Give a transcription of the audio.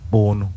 Born